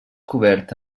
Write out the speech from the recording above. cobert